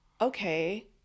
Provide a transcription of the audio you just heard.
okay